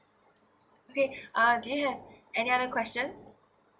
okay uh do you have any another question